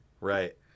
Right